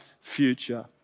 future